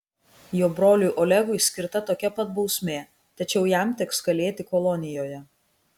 jo broliui olegui skirta tokia pat bausmė tačiau jam teks kalėti kolonijoje